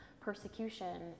persecution